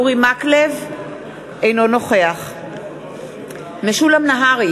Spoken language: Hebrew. אינו נוכח משולם נהרי,